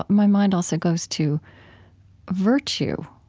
my mind also goes to virtue,